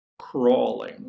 crawling